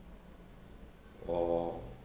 oh